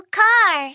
car